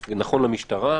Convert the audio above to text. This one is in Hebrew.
וזה נכון למשטרה,